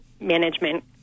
management